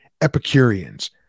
Epicureans